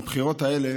הבחירות האלה